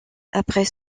après